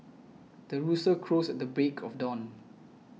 the rooster crows the break of dawn